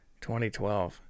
2012